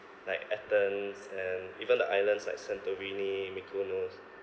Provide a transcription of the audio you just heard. like athens and even the islands like santorini mykonos